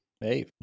Hey